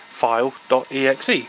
file.exe